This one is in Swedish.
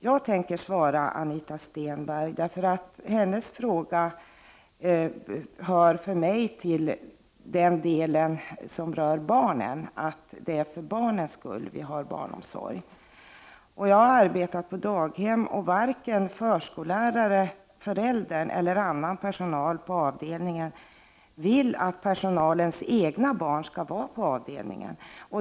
Jag skall svara på Anita Stenbergs fråga, därför att den hör till den del som rör barnen, dvs. att det är för barnens skull som vi har barnomsorg. Jag har arbetat på daghem, och varken föräldrar, förskollärare eller annan personal på avdelningen vill att personalens egna barn skall vara på avdelningen.